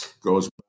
goes